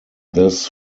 this